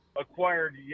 acquired